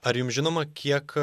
ar jums žinoma kiek